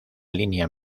línea